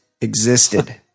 existed